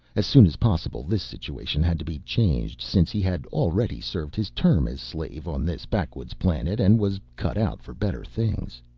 as soon as possible this situation had to be changed since he had already served his term as slave on this backwoods planet and was cut out for better things.